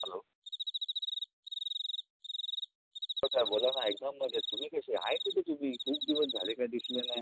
hello हो साहेब बोला ना एकदम मजेत तुम्ही कसे आहेत कुठे तुम्ही खूप दिवस झाले काही दिसले नाही